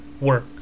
work